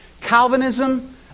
Calvinism